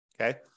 okay